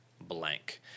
blank